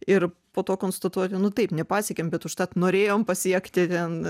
ir po to konstatuoti nu taip nepasiekėm bet užtat norėjom pasiekti ten